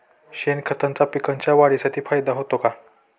शेणखताचा पिकांच्या वाढीसाठी फायदा होतो का?